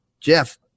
Jeff